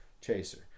Chaser